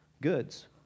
goods